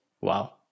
wow